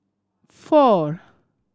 four